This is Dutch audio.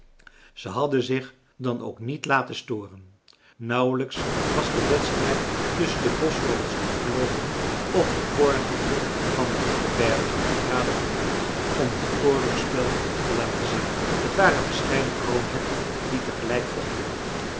ze hadden zich dan ook niet laten storen nauwelijks was de wedstrijd tusschen de boschvogels afgeloopen of de kroonherten van den häckeberg traden vooruit om hun oorlogsspel te laten zien t waren verscheiden kroonherten die tegelijk vochten